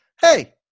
hey